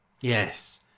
Yes